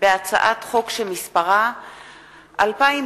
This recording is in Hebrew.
הצעת חוק ביטוח בריאות ממלכתי (תיקון,